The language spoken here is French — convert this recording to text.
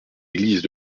églises